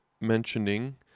mentioning